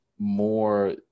more